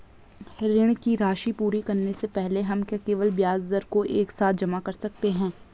ऋण की राशि पूरी करने से पहले हम क्या केवल ब्याज दर को एक साथ जमा कर सकते हैं?